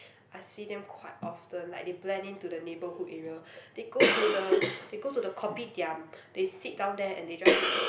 I see them quite often like they blend into the neighbourhood area they go to the they go to the Kopitiam they sit down there and they just